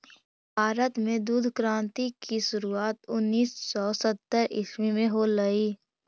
भारत में दुग्ध क्रान्ति की शुरुआत उनीस सौ सत्तर ईसवी में होलई